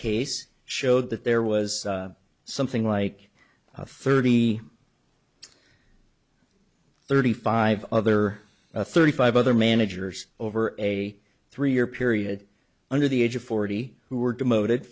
case showed that there was something like thirty thirty five other thirty five other managers over a three year period under the age of forty who were demoted